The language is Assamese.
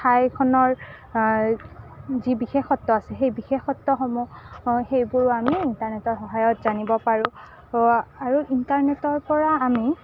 ঠাইখনৰ যি বিশেষত্ব আছে সেই বিশেষত্বসমূহ সেইবোৰো আমি ইণ্টাৰনেটৰ সহায়ত জানিব পাৰোঁ আৰু ইণ্টাৰনেটৰপৰা আমি